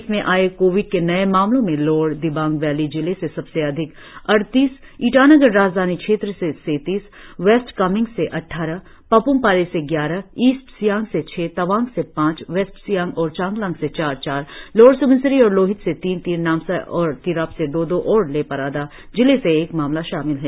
प्रदेश में आए कोविड के नए मामलों में लोअर दिवांग वैली जिले से सबसे अधिक अड़तीस ईटानगर राजधानी क्षेत्र से सैतीस वेस्ट कामेंग से अट्ठारह पापुम पारे से ग्यारह ईस्ट सियांग से छह तवांग से पांच वेस्ट सियांग और चांगलांग से चार चार लोअर स्वनसिरी और लोहित से तीन तीन नामसाई और तिरप से दो दो और लेपादारा जिले से एक मामला शामिल है